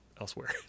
elsewhere